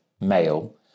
male